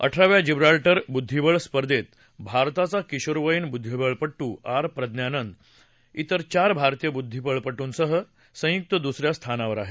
अठराव्या जिब्राल्टर बुद्धीबळ महोत्सव स्पर्धेत भारताचा किशोरवयीन बुद्धीबळपटू आर प्रज्ञानंद इतर चार भारतीय बुद्धिबळपटूंसह संयुक दुसऱ्या स्थानावर आहे